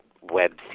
web